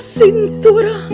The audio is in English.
cintura